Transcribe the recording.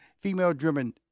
female-driven